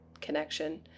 connection